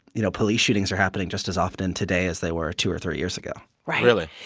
you know, police shootings are happening just as often today as they were two or three years ago right really?